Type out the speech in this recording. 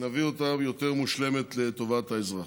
נביא אותה יותר מושלמת, לטובת האזרח.